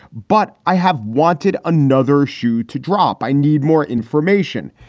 but i have wanted another shoe to drop. i need more information.